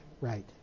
right